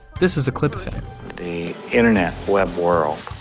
this is a clip of him the internet web world,